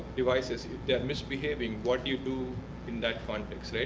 devices, if they're misbehaving, what you do in that context?